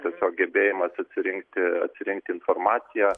tiesiog gebėjimas atsirinkti atsirinkti informaciją